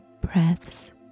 breaths